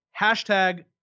hashtag